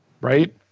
right